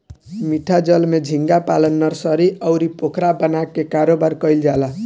मीठा जल में झींगा पालन नर्सरी, अउरी पोखरा बना के कारोबार कईल जाला